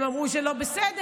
הם אמרו שזה לא בסדר.